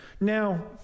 Now